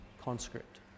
conscript